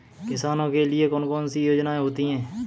किसानों के लिए कौन कौन सी योजनायें होती हैं?